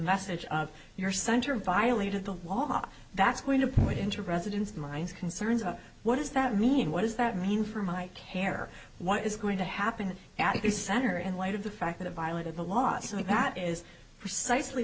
message of your center violated the law that's going to point in to residents minds concerns about what does that mean what does that mean for my care what is going to happen at the center in light of the fact that it violated the law something that is precisely